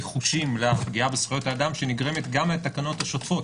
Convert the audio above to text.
חושים לפגיעה בזכויות האדם שנגרמת גם מהתקנות השוטפות.